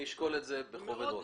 אשקול את זה בכובד ראש.